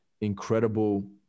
incredible